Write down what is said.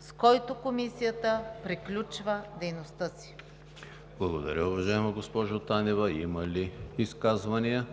с който комисията приключва дейността си.“ ПРЕДСЕДАТЕЛ ЕМИЛ ХРИСТОВ: Има ли изказвания?